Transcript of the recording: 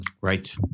Right